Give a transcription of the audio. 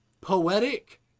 poetic